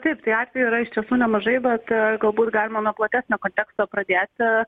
taip tai atvejų yra iš tiesų nemažai bet galbūt galima nuo platesnio konteksto pradėti